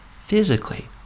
Physically